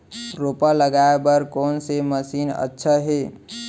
रोपा लगाय बर कोन से मशीन अच्छा हे?